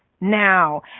now